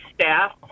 staff